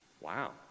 Wow